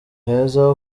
heza